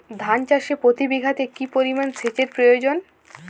ধান চাষে প্রতি বিঘাতে কি পরিমান সেচের প্রয়োজন?